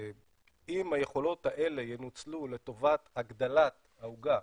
אם היכולות האלה ינוצלו לטובת הגדלת העוגה,